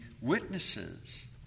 witnesses